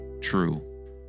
true